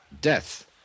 Death